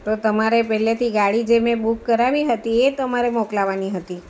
તો તમારે પહેલેથી ગાડી જે મેં બુક કરાવી હતી એ તમારે મોકલાવાની હતી